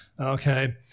okay